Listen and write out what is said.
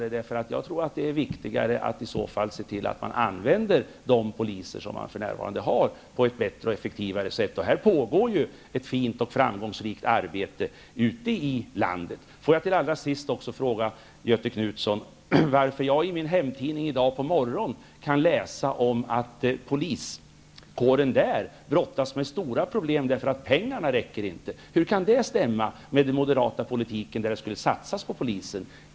Jag tror i så fall att det är viktigare att se till att man använder de poliser som man för närvarande har på ett bättre och effektivare sätt. Det pågår ju ett fint och framgångsrikt arbete ute i landet. I morse kunde jag i min lokaltidning läsa att poliskåren på orten brottas med stora problem, eftersom pengarna inte räcker. Jag vill då fråga Göthe Knutson: Hur kan detta stämma med den moderata politiken enligt vilken det skulle satsas på polisen?